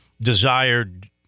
desired